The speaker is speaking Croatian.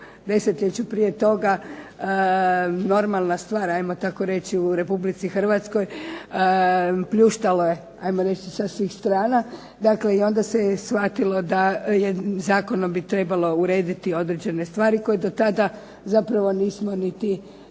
desetljeću prije toga, normalna stvar ajmo tako reći u Republici Hrvatskoj. Pljuštalo je ajmo reći sa svih strana, onda se shvatilo da zakonom bi trebalo urediti određene stvari koje zapravo nismo imali